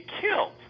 killed